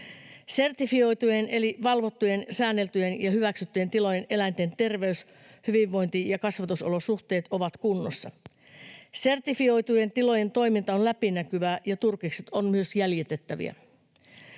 Sertifioitujen eli valvottujen, säänneltyjen ja hyväksyttyjen tilojen eläinten terveys, hyvinvointi ja kasvatusolosuhteet ovat kunnossa. Sertifioitujen tilojen toiminta on läpinäkyvää ja turkikset ovat myös jäljitettäviä.